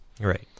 Right